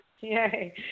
Yay